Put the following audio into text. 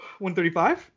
135